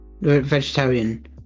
vegetarian